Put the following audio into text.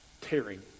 tearing